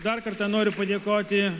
dar kartą noriu padėkoti